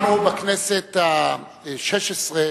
בכנסת החמש-עשרה